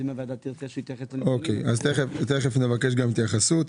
אז תכף נבקש התייחסות.